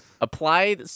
Apply